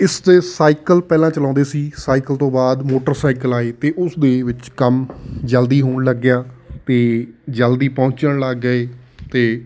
ਇਸ 'ਤੇ ਸਾਈਕਲ ਪਹਿਲਾਂ ਚਲਾਉਂਦੇ ਸੀ ਸਾਈਕਲ ਤੋਂ ਬਾਅਦ ਮੋਟਰਸਾਈਕਲ ਆਏ ਅਤੇ ਉਸ ਦੇ ਵਿੱਚ ਕੰਮ ਜਲਦੀ ਹੋਣ ਲੱਗਿਆ ਅਤੇ ਜਲਦੀ ਪਹੁੰਚਣ ਲੱਗ ਗਏ ਅਤੇ